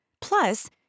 Plus